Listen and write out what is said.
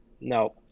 No